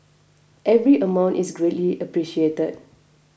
every amount is greatly appreciated